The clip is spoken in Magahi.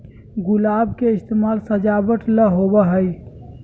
गुलाब के इस्तेमाल सजावट ला होबा हई